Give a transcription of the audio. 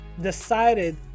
decided